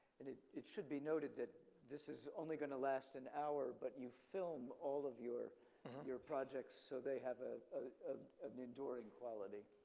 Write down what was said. and it it should be noted that this is only gonna last an hour but you film all of your your projects so they have ah an enduring quality.